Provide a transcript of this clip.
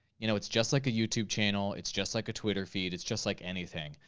you know, it's just like a youtube channel. it's just like a twitter feed. it's just like anything.